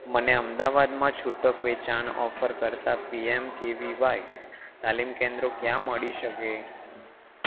મને અમદાવાદમાં છૂટક વેચાણ ઓફર કરતા પીએમ કેવીવાય તાલીમ કેન્દ્રો ક્યાં મળી શકે